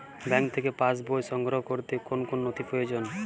Bank থেকে passbook সংগ্রহ করতে কোন কোন নথি প্রয়োজন?